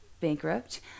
bankrupt